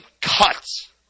cuts